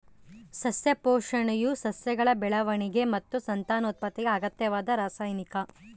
ಸಸ್ಯ ಪೋಷಣೆಯು ಸಸ್ಯಗಳ ಬೆಳವಣಿಗೆ ಮತ್ತು ಸಂತಾನೋತ್ಪತ್ತಿಗೆ ಅಗತ್ಯವಾದ ರಾಸಾಯನಿಕ